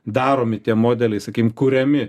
daromi tie modeliai sakykim kuriami